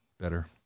better